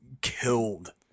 killed